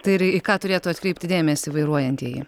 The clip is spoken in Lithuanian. tai ir į ką turėtų atkreipti dėmesį vairuojantieji